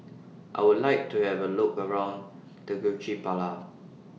I Would like to Have A Look around Tegucigalpa